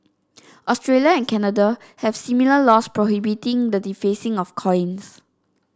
Australia and Canada have similar laws prohibiting the defacing of coins